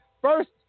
First